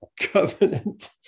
covenant